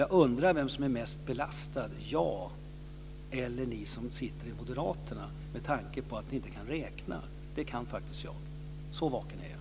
Jag undrar vem som är mest belastad, jag eller ni i Moderaterna, med tanke på att ni inte kan räkna. Det kan faktiskt jag. Så vaken är jag.